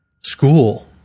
School